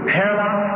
paradox